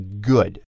good